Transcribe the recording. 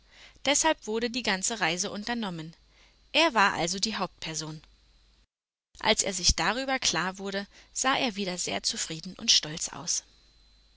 deshalb wurde die ganze reise unternommen er war also die hauptperson als er sich darüber klar wurde sah er wieder sehr zufrieden und stolz aus